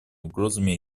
угрозами